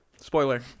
Spoiler